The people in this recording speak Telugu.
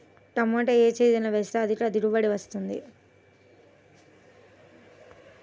టమాటా ఏ సీజన్లో వేస్తే అధిక దిగుబడి వస్తుంది?